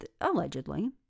Allegedly